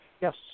Yes